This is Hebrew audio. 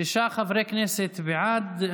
שישה חברי כנסת בעד.